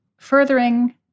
furthering